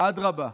"אדרבא,